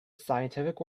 scientific